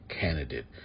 candidate